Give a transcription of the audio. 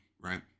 right